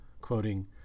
quoting